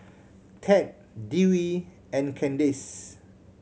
Tad Dewey and Candace